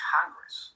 Congress